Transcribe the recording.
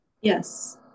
Yes